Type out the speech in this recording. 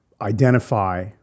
identify